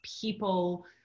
people